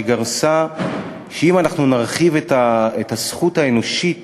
שגרסה שאם נרחיב את הזכות האנושית